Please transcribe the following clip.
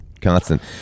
constant